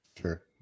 Sure